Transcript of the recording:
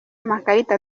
amakarita